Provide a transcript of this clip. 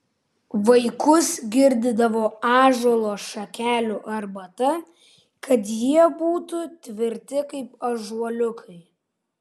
vaikus girdydavo ąžuolo šakelių arbata kad jie būtų tvirti kaip ąžuoliukai